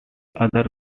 other